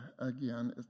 again